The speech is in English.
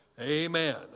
Amen